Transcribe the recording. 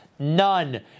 None